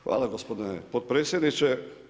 Hvala gospodine potpredsjedniče.